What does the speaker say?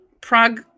Prague